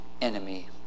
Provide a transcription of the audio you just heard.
enemy